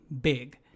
big